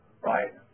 Right